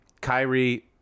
Kyrie